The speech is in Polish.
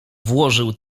włożył